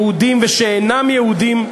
יהודים ושאינם יהודים,